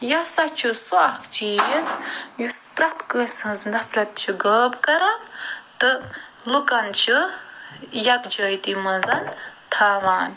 یہ ہسا چھُ سُہ اکھ چیٖز یُس پرٛیٚتھ کٲنسہِ ہنٛز نفرت چھُ غٲب کران تہِ لوٗکن چھُ یکجِہٲتی منٛز تھاوان